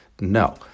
No